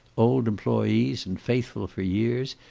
old employees and faithful for years,